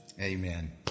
Amen